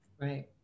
Right